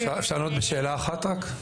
אפשר לענות בשאלה אחת להתייחסות?